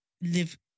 live